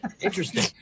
Interesting